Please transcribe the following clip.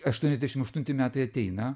aštuoniasdešim aštunti metai ateina